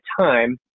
time